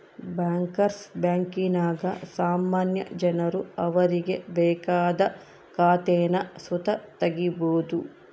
bankers ಬ್ಯಾಂಕಿನಾಗ ಸಾಮಾನ್ಯ ಜನರು ಅವರಿಗೆ ಬೇಕಾದ ಖಾತೇನ ಸುತ ತಗೀಬೋದು